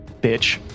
Bitch